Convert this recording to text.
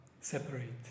separate